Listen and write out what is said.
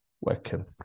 working